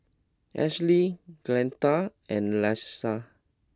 Ashleigh Glenda and Leesa